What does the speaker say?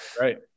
Right